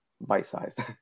bite-sized